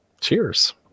cheers